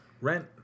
Rent